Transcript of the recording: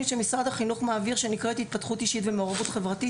שמשרד החינוך מעביר ונקראת "התפתחות אישית ומעורבות חברתית".